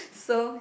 so